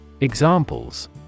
Examples